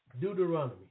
Deuteronomy